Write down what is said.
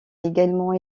également